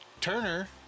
Turner